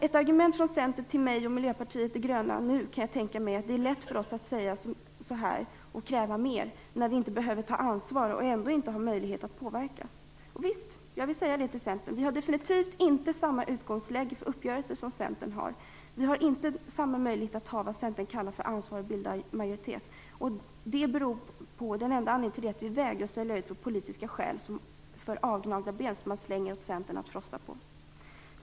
Ett argument från Centern till mig och Miljöpartiet de gröna kan jag tänka mig är att det är lätt att säga så här, och kräva mer när man inte behöver ta ansvar och ändå inte har möjlighet att påverka. Och visst - Miljöpartiet har definitivt inte samma utgångsläge för uppgörelser som Centern och inte samma möjlighet att ta vad Centern kallar för ansvar och bilda majoritet. Den enda anledningen till det är att vi miljöpartister vägrar att sälja vår politiska själ för några avgnagda ben som de som slängs till Centern att frossa på.